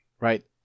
Right